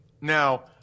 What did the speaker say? Now